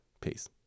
Peace